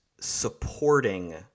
supporting